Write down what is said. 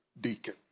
deacon